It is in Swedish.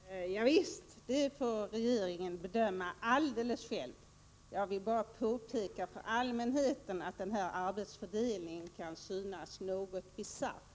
Herr talman! Ja visst, det får regeringen bedöma alldeles själv. Jag vill bara påpeka för allmänheten att den här arbetsfördelningen kan synas något bisarr.